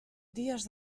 dies